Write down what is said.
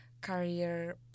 career